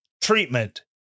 treatment